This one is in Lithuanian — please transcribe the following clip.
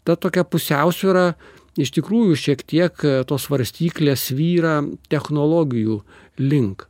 ta tokia pusiausvyra iš tikrųjų šiek tiek tos svarstyklės svyra technologijų link